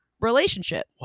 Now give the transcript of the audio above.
relationship